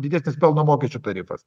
didesnis pelno mokesčio tarifas